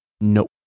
Nope